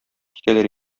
китәләр